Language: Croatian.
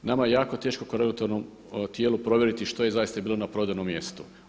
Nama je jako teško kao regulatornom tijelu provjeriti što je zaista bilo na prodajnom mjestu.